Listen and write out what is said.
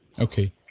Okay